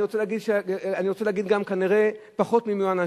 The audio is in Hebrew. אני רוצה להגיד, גם כנראה פחות ממיומן.